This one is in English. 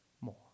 more